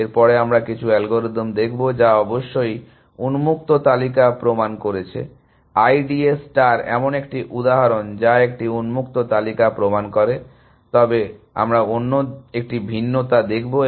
এর পরে আমরা কিছু অ্যালগরিদম দেখব যা অবশ্যই উন্মুক্ত তালিকা প্রমাণ করেছে I D A ষ্টার এমন একটি উদাহরণ যা একটি উন্মুক্ত তালিকা প্রমাণ করে তবে আমরা অন্য একটি ভিন্নতা দেখব